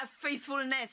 faithfulness